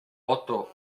otto